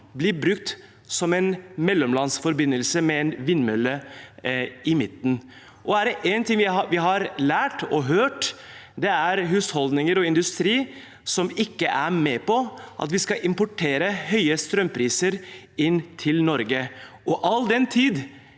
bli brukt som en mellomlandsforbindelse med en vindmølle i midten. Er det én ting vi har lært og hørt, er det at det er husholdninger og industri som ikke er med på at vi skal importere høye strømpriser inn til Norge. All den tid